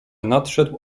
nadszedł